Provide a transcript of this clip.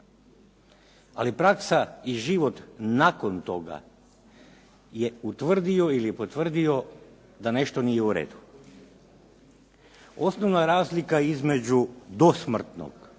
ali praksa i život nakon toga je utvrdio ili potvrdio da nešto nije u redu. Osnovna razlika između dosmrtnog